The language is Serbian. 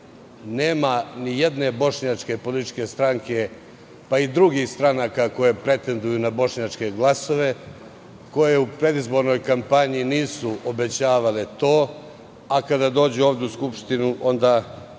Nema nijedne bošnjačke političke stranke, pa i drugih stranaka, koje pretenduju na bošnjačke glasove, koje u predizbornoj kampanji nisu obećavale to, a kada dođu ovde u Skupštinu i u